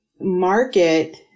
market